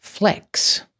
Flex